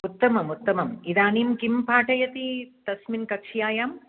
उत्तमम् उत्तमम् इदानीं किं पाठयति तस्मिन् कक्ष्यायाम्